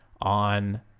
on